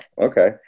okay